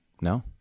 No